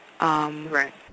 Right